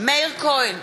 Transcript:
מאיר כהן,